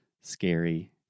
scary